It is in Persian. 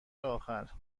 آخر